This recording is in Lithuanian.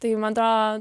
tai man atrodo